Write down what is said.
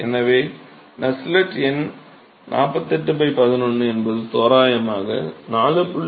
எனவே நஸ்ஸெல்ட் எண் 48 11 என்பது தோராயமாக 4